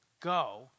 Go